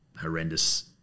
horrendous